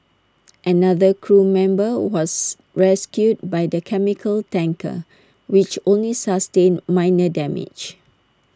another crew member was rescued by the chemical tanker which only sustained minor damage